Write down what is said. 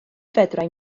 fedrai